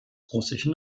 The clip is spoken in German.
russischen